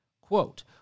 quote